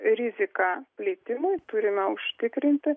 riziką plėtimui turime užtikrinti